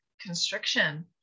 constriction